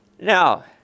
Now